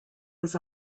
was